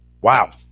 Wow